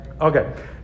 Okay